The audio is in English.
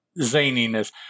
zaniness